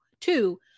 Two